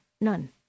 None